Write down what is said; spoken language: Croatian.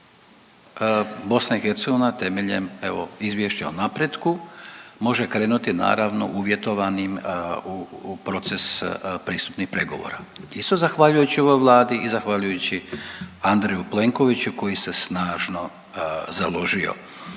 BiH temeljem evo izvješća o napretku može krenuti naravno uvjetovanim u proces pristupnih pregovora isto zahvaljujući ovoj Vladi i zahvaljujući Andreju Plenkoviću koji se snažno založio.